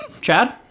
Chad